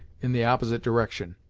in the opposite direction.